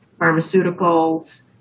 pharmaceuticals